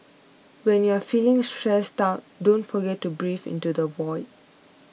when you are feeling stressed out don't forget to breathe into the void